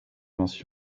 place